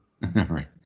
right